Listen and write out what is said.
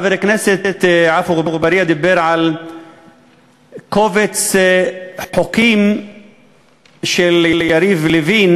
חבר הכנסת עפו אגבאריה דיבר על קובץ חוקים של יריב לוין,